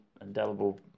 indelible